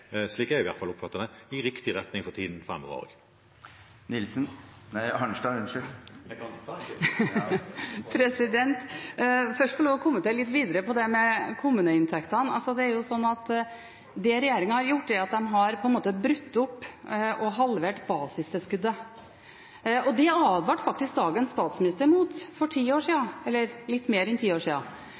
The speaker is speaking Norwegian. slik jeg i hvert fall oppfatter det – i riktig retning for tiden framover også? Jeg må først få lov til å kommentere litt videre når det gjelder kommuneinntektene. Regjeringen har på en måte brutt opp og halvert basistilskuddet. Det advarte faktisk dagens statsminister mot for ti år siden – eller litt mer enn ti år